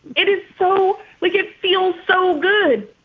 it is so weak. it feels so good